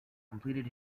completed